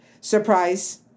surprise